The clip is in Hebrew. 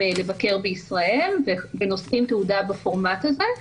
לבקר בישראל ונושאים תעודה בפורמט הזה,